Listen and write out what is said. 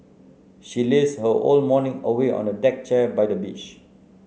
she lazed her whole morning away on a deck chair by the beach